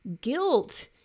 Guilt